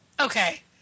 okay